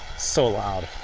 so loud.